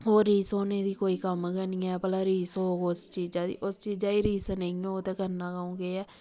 ओह् रीस होने दी कोई कम्म गै नीं ऐ भलां रीस होग उस चीज दी उस चाजा दी रीस नेइयों होग ते उ'दे उ'आं केह् गै